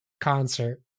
concert